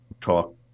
talk